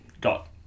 got